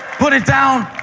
put it down.